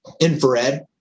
infrared